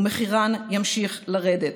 ומחירן ימשיך לרדת.